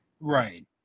right